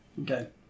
Okay